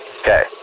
Okay